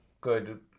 good